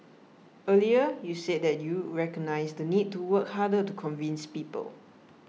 earlier you said that you recognise the need to work harder to convince people